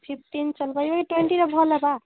fifteen ଚଲିବ twenty ର ଭଲ୍ ହେବା